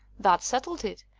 that settled it.